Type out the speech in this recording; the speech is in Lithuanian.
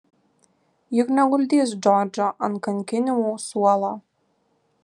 juk neguldys džordžo ant kankinimų suolo